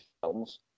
films